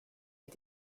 les